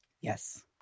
Yes